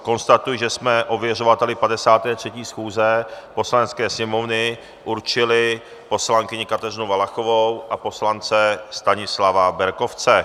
Konstatuji, že jsme ověřovateli 53. schůze Poslanecké sněmovny určili poslankyni Kateřinu Valachovou a poslance Stanislava Berkovce.